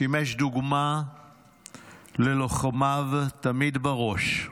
שימש דוגמה ללוחמיו, תמיד בראש.